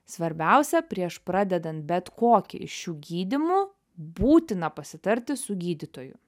svarbiausia prieš pradedant bet kokį iš šių gydymų būtina pasitarti su gydytoju